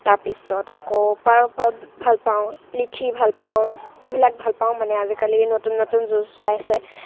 তাৰপিছত আকৌ পাৰ্ক ভালপাওঁ লিচী ভালপাওঁ সেইবিলাক ভালপাওঁ মানে আজিকালি নতুন নতুন জুচ ওলাইছে